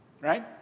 right